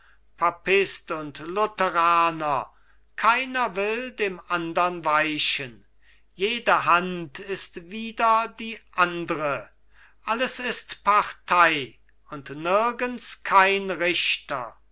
papist und lutheraner keiner will dem andern weichen jede hand ist wider die andre alles ist partei und nirgends kein richter